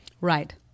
Right